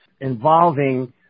involving